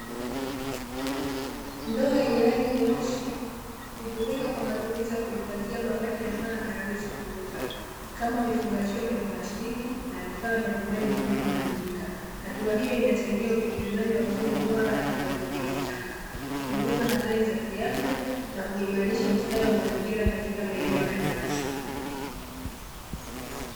Ndoo yenye rangi nyeusi hutumika kwa matumizi ya kuhifadhia mabaki ambayo hayawezi kuoza kama vifungashio vya plastiki na vifaa vya nyumbani vilivyoharibika, hatua hiyo inachangia utekelezaji wa mfumo bora wa udhibiti taka, hupunguza hatari za kiafya na kuimarisha ustawi wa mazingira katika maeneo ya kasi.